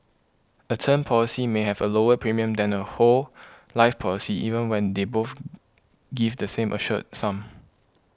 a term policy may have a lower premium than a whole life policy even when they both give the same assured sum